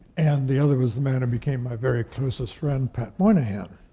and the other was the man who became my very closest friend, pat moynihan.